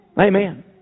Amen